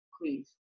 please